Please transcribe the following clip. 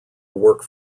work